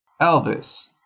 Elvis